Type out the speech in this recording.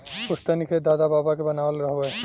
पुस्तैनी खेत दादा बाबा के बनावल हवे